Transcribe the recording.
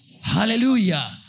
Hallelujah